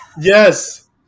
Yes